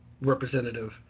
Representative